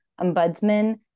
Ombudsman